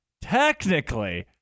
technically